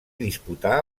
disputà